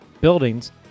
buildings